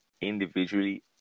individually